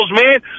man